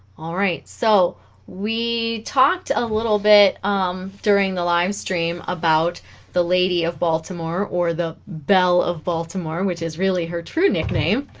all right so we talked a little bit um during the livestream about the lady of baltimore or the belle of baltimore which is really her true nickname